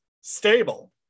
stable